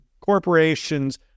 corporations